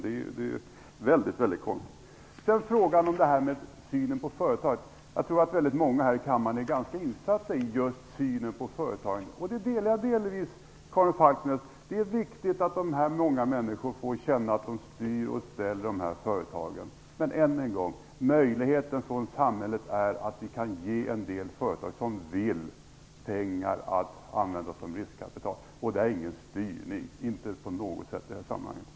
Det är väldigt konstigt. Sedan har vi frågan om synen på företagen. Jag tror att väldigt många här i kammaren är ganska insatta i just synen på företagen. Jag delar delvis Karin Falkmers uppfattning. Det är viktigt att människor får känna att de styr och ställer i företagen. Men låt mig än en gång säga att samhället har möjlighet att ge de företag som vill pengar att användas som riskkapital. Det handlar inte om någon styrning i det här sammanhanget.